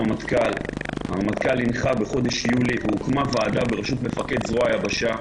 הרמטכ"ל הנחה בחודש יולי והוקמה ועדה בראשות מפקד זרוע היבשה,